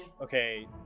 okay